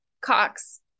cox